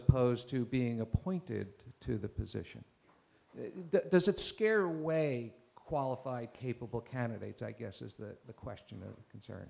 opposed to being appointed to the position there's a scare way qualified capable candidates i guess is that the question is concerned